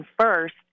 first